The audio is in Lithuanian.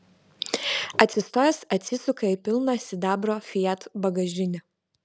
atsistojęs atsisuka į pilną sidabro fiat bagažinę